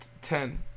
ten